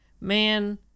Man